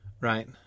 right